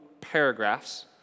paragraphs